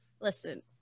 listen